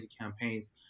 campaigns